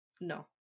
No